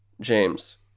James